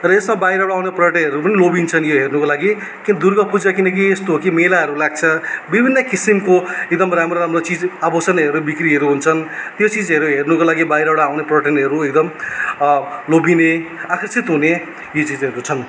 र यो सब बाहिरबाट आउने पर्यटकहरू पनि लोभिन्छन् यो हेर्नुको लागि कि दुर्गा पूजा किनकि यस्तो हो कि मेलाहरू लाग्छ विभिन्न किसिमको एकदम राम्रो राम्रो चिज आभूषणहरू बिक्रीहरू हुन्छन् त्यो चिजहरू हेर्नुको लागि बाहिरबाट आउने पर्यटकहरू एकदमै लोभिने आकर्षित हुने यी चिजहरू छन्